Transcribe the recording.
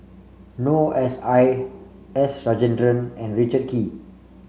Noor S I S Rajendran and Richard Kee